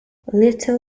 little